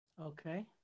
Okay